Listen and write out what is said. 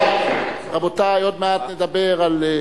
רבותי, עוד מעט נדבר על,